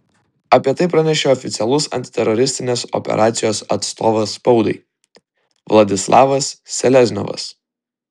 apie tai pranešė oficialus antiteroristinės operacijos atstovas spaudai vladislavas selezniovas